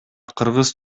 кыргыз